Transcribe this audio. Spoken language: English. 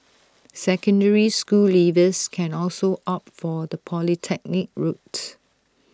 secondary school leavers can also opt for the polytechnic route